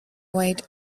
wait